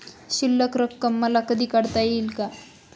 शिल्लक रक्कम मला कधी काढता येईल का?